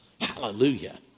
Hallelujah